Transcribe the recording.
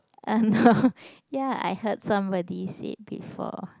and ya I heard somebody said before